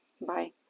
bye